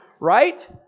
Right